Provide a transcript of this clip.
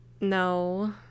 No